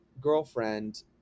girlfriend